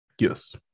yes